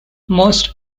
most